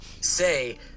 say